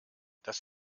das